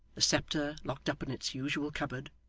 the sceptre locked up in its usual cupboard,